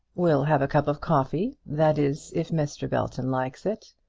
we'll have a cup of coffee that is, if mr. belton likes it.